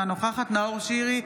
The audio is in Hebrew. אינה נוכחת נאור שירי,